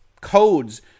codes